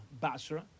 Basra